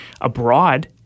abroad